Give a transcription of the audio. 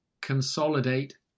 Consolidate